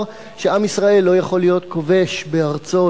שעם ישראל לא יכול להיות כובש בארצו,